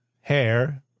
hair